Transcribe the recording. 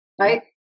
right